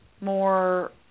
more